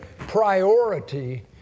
Priority